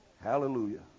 Hallelujah